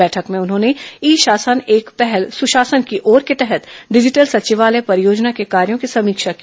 बैठक भें उन्होंने ई शासन एक पहल सुशासन की ओर के तहत डिजिटल सचिवालय परियोजना के कार्यो की समीक्षा की